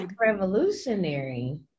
revolutionary